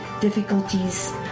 difficulties